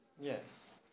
Yes